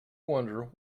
wonder